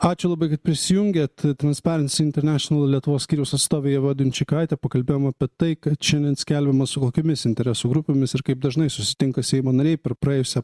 ačiū labai kad prisijungėt transperens internešinal lietuvos skyrius atstovė ieva dunčikaitė pakalbėjom apie tai kad šiandien skelbiama su kokiomis interesų grupėmis ir kaip dažnai susitinka seimo nariai per praėjusią